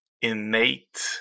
innate